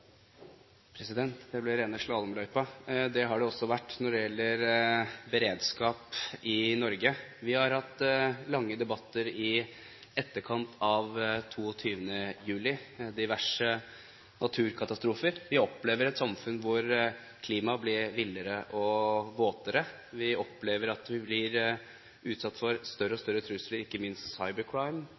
president – det har det også vært når det gjelder beredskap i Norge. Vi har hatt lange debatter i etterkant av 22. juli og etter diverse naturkatastrofer. Vi opplever et samfunn hvor klimaet blir villere og våtere. Vi opplever at vi blir utsatt for større og større trusler, ikke minst